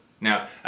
Now